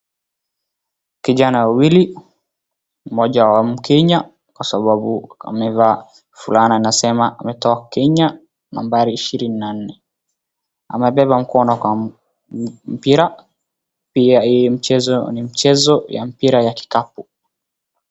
Kijana wawili, mmoja wa mkenya kwa sababu amevaa fulana inasema ametoka Kenya, nambari ishirini na nne. Amebeba mkono kwa mpira, pia hii mchezo ni mchezo ya mipira ya kikapu.